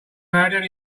married